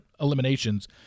eliminations